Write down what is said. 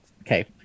Okay